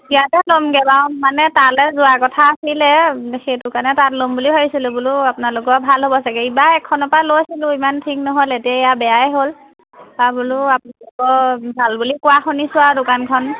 ইয়াতে ল'মগৈ বাৰু মানে তালৈ যোৱাৰ কথা আছিলে সেইটো কাৰণে তাত ল'ম বুলি ভাবিছিলোঁ বোলো আপোনালোকৰ ভাল হ'ব চাগে এবাৰ এখন পৰা লৈছিলোঁ ইমান ঠিক নহ'ল এতিয়া এয়া বেয়াই হ'ল বা বোলো আপোনালোকৰ ভাল বুলি কোৱা শুনিছোঁ আৰু দোকানখন